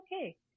okay